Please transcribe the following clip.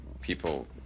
people